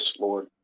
Lord